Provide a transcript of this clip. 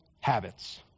habits